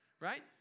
Right